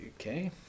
Okay